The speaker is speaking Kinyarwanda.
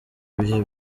bihe